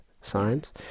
signs